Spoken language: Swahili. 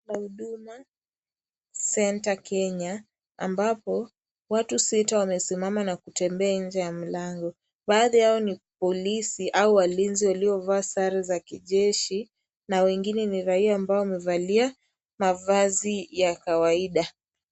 Kwa Huduma Center Kenya, ambapo watu sita wamesimama na kutembea nje ya mlango. Baadhi yao ni polisi au walinzi waliovaa sare za kijeshi na wengine ni raia ambao wamevalia mavazi ya kawaida.